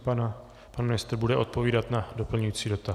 Pan ministr bude odpovídat na doplňující dotaz.